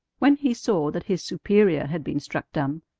when he saw that his superior had been struck dumb,